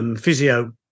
physio